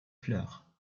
fleurs